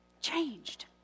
changed